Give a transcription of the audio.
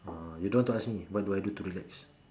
oh you don't want to ask me what I do to relax